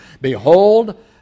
Behold